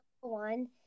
one